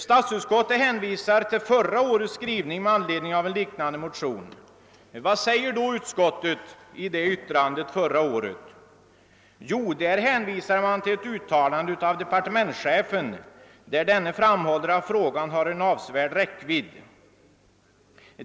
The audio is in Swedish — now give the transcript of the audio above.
Statsutskottet hänvisar till förra årets skrivning med anledning av en liknande motion. Vad säger då utskottet i detta utlåtande från förra året? Jo, utskottet hänvisar till ett uttalande av departementschefen, där denne framhåller att frågan har en avsevärd räckvidd.